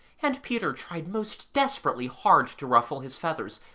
and peter tried most desperately hard to ruffle his feathers,